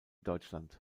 deutschland